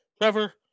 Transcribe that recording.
trevor